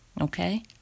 okay